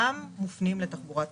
שמופנים לתחבורה ציבורית.